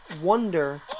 wonder